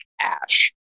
ash